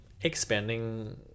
expanding